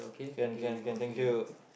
can can can thank you